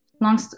long